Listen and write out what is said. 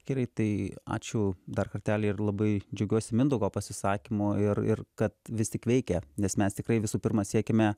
gerai tai ačiū dar kartelį ir labai džiaugiuosi mindaugo pasisakymu ir ir kad vis tik veikia nes mes tikrai visų pirma siekiame